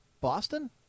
Boston